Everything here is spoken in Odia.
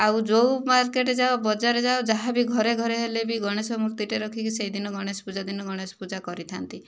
ଆଉ ଯେଉଁ ମାର୍କେଟ ଯାଅ ବଜାର ଯାଅ ଯାହା ବି ଘରେ ଘରେ ହେଲେ ବି ଗଣେଶ ମୂର୍ତ୍ତିଟେ ରଖିକି ସେହି ଦିନ ଗଣେଶ ପୂଜା ଦିନ ଗଣେଶ ପୂଜା କରିଥାନ୍ତି